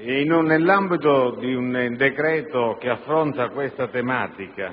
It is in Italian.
Nell'ambito di un decreto che affronta questa tematica,